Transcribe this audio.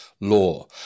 law